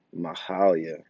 Mahalia